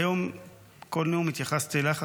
היום כל נאום התייחסתי אלייך,